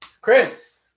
Chris